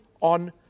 on